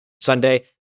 Sunday